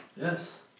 Yes